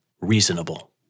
reasonable